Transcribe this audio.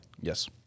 Yes